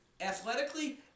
Athletically